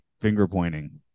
finger-pointing